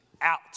out